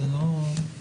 אנחנו